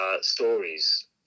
Stories